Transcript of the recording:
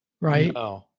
right